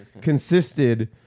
consisted